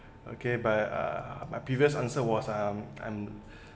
okay but uh my previous answer was um um